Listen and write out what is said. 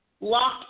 lock